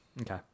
Okay